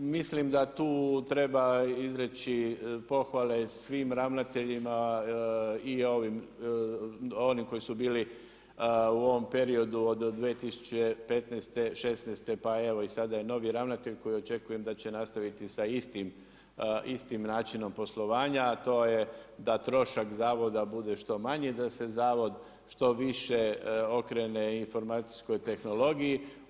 Mislim da tu treba izreći pohvale svim ravnateljima i onim koji su bili u ovom periodu od 2015., 2016. pa evo i sad je novi ravnatelj koji očekujem da će nastaviti sa istim načinom poslovanja, a to je da trošak zavoda bude što manje, da se zavod što više okrene informacijskoj tehnologiji.